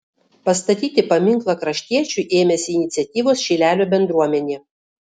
pastatyti paminklą kraštiečiui ėmėsi iniciatyvos šilelio bendruomenė